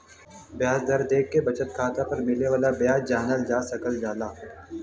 ब्याज दर देखके बचत खाता पर मिले वाला ब्याज जानल जा सकल जाला